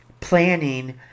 planning